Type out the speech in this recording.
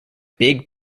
big